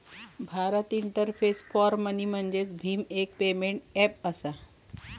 Bharat interface for money म्हणजेच भीम, एक पेमेंट ऐप असा